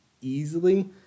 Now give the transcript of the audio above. easily